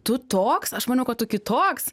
tu toks aš maniau kad tu kitoks